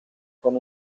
con